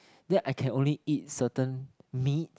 then I can only eat certain meat